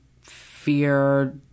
fear